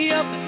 up